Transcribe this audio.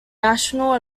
national